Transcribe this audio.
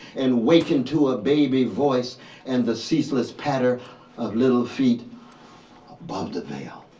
and waken to a baby voice and the ceaseless patter of little feet above the veil.